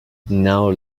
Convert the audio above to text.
now